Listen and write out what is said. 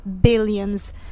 billions